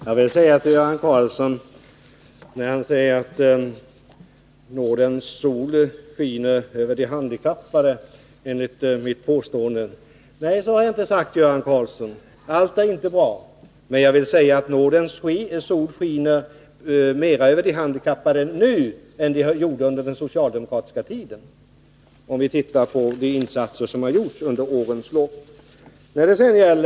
Herr talman! Göran Karlsson säger att nådens sol enligt mitt påstående skiner över de handikappade. Nej, så har jag inte sagt. Allt är inte bra. Men jag vill säga att nådens sol skiner mera över de handikappade nu än den gjorde under den socialdemokratiska regeringstiden, om vi ser på de insatser för de handikappade som de regeringarna gjorde under årens lopp.